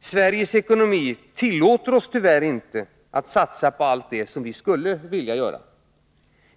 Sveriges ekonomi tillåter oss tyvärr inte att satsa på allt det som vi skulle vilja göra.